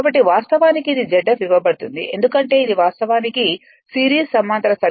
కాబట్టి వాస్తవానికి ఇది Z f ఇవ్వబడుతుంది ఎందుకంటే ఇది వాస్తవానికి సిరీస్ సమాంతర సర్క్యూట్